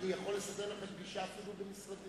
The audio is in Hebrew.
אני יכול לסדר לכם פגישה אפילו במשרדי.